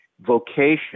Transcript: vocation